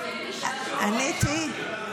הקשבתי, הקשבתי.